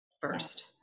first